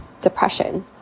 depression